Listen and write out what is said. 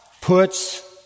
puts